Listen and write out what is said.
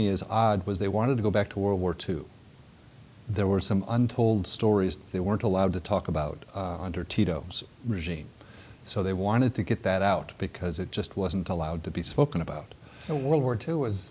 me as odd was they wanted to go back to world war two there were some untold stories they weren't allowed to talk about under tito regime so they wanted to get that out because it just wasn't allowed to be spoken about and world war two was